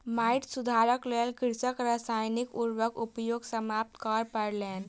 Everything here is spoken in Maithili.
माइट सुधारक लेल कृषकक रासायनिक उर्वरक उपयोग समाप्त करअ पड़लैन